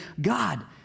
God